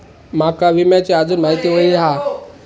माका विम्याची आजून माहिती व्हयी हा?